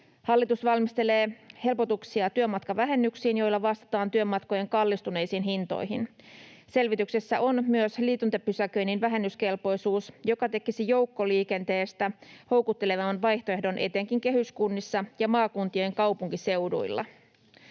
Hallitus valmistelee helpotuksia työmatkavähennyksiin, joilla vastataan työmatkojen kallistuneisiin hintoihin. Selvityksessä on myös liityntäpysäköinnin vähennyskelpoisuus, joka tekisi joukkoliikenteestä houkuttelevan vaihtoehdon etenkin kehyskunnissa ja maakuntien kaupunkiseuduilla.